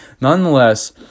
nonetheless